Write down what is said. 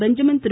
Benjamin Thiru